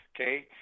okay